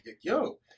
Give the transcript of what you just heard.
yo